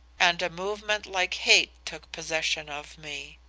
and a movement like hate took possession of me.